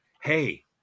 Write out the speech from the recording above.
hey